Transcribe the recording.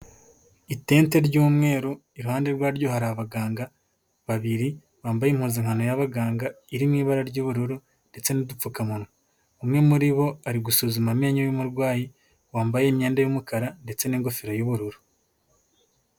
Itente ry'umweru, iruhande rwaryo hari abaganga babiri, bambaye impuzankano y'abaganga iri mu ibara ry'ubururu ndetse n'udupfukamunwa, umwe muri bo ari gusuzuma amenyo y'umurwayi, wambaye imyenda y'umukara ndetse n'ingofero y'ubururu.